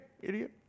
idiot